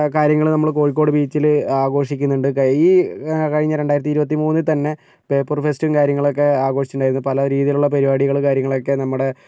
കാര്യങ്ങൾ നമ്മൾ കോഴിക്കോട് ബീച്ചിൽ ആഘോഷിക്കുന്നുണ്ട് ഈ കഴിഞ്ഞ രണ്ടായിരത്തി ഇരുപത്തിമൂന്നിൽ തന്നെ പേപ്പർ ഫെസ്റ്റും കാര്യങ്ങളൊക്കെ ആഘോഷിച്ചിട്ടുണ്ടായിരുന്നു പല രീതിയിലുള്ള പരിപാടികൾ കാര്യങ്ങൾ ഒക്കെ നമ്മുടെ